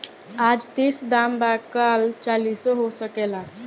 आज तीस दाम बा काल चालीसो हो सकेला